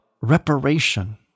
reparation